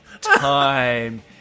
time